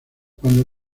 cuando